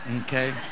Okay